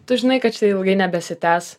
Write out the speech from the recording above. tu žinai kad čia ilgai nebesitęs